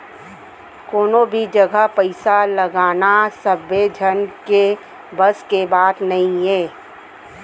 कोनो भी जघा पइसा लगाना सबे झन के बस के बात नइये